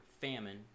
famine